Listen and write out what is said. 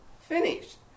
finished